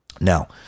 Now